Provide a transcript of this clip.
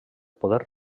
poder